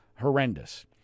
horrendous